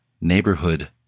neighborhood